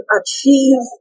achieve